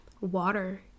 water